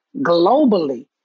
globally